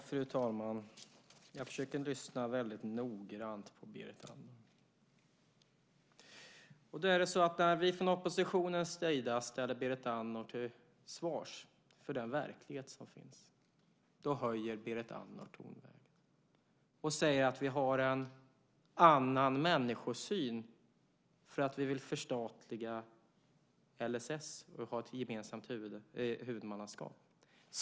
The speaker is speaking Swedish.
Fru talman! Jag försöker att lyssna väldigt noggrant på Berit Andnor. När vi från oppositionens sida ställer Berit Andnor till svars för den verklighet som finns höjer Berit Andnor tonläget. Hon säger att vi har en annan människosyn för att vi vill förstatliga LSS och ha ett gemensamt huvudmannaskap.